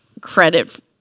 credit